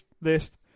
list